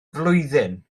flwyddyn